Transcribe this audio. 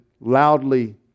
loudly